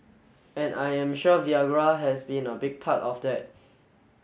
and I am sure Viagra has been a big part of that